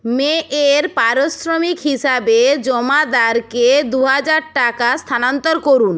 মে এর পারিশ্রমিক হিসাবে জমাদারকে দু হাজার টাকা স্থানান্তর করুন